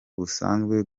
busanzwe